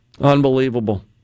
Unbelievable